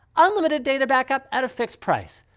unlimited data backup at a fixed price.